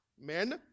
Men